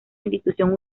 institución